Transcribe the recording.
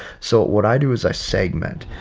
so what i do is i segment,